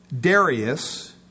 Darius